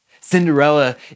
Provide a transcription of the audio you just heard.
Cinderella